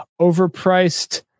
overpriced